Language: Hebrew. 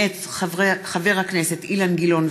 מאת חברי הכנסת אילן גילאון,